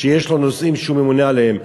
שיש לו נושאים שהוא ממונה עליהם,